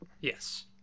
yes